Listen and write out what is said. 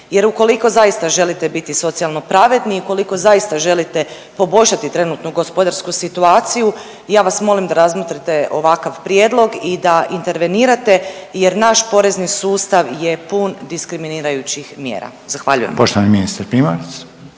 Jer ukoliko zaista želite biti socijalno pravedni i ukoliko zaista želite poboljšati trenutnu gospodarsku situaciju ja vas molim da razmotrite ovakav prijedlog i da intervenirate, jer naš porezni sustav je pun diskriminirajućih mjera. Zahvaljujem.